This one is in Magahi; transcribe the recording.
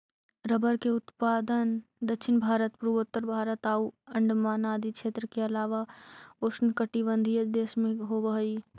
रबर के उत्पादन दक्षिण भारत, पूर्वोत्तर भारत आउ अण्डमान आदि क्षेत्र के अलावा उष्णकटिबंधीय देश में होवऽ हइ